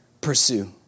pursue